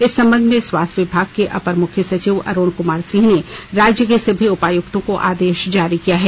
इस संबंध में स्वास्थ्य विभाग के अपर मुख्य सचिव अरुण कुमार सिंह ने राज्य के सभी उपायुक्तों को आदेश जारी किया है